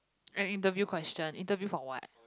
and interview question interview for what